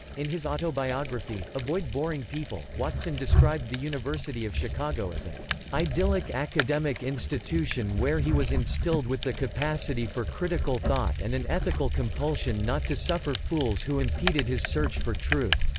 in his autobiography, avoid boring boring people, watson described the university of chicago as an idyllic academic institution where he was instilled with the capacity for critical thought and an ethical compulsion not to suffer fools who impeded his search for truth,